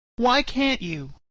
why can't you?